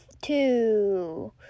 Two